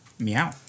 Meow